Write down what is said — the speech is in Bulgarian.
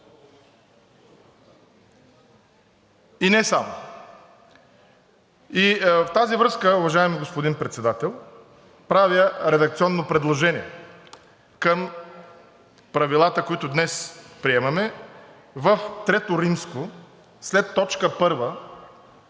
и не само. В тази връзка, уважаеми господин Председател, правя редакционно предложение към Правилата, които днес приемаме, в III., след т. 1,